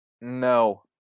no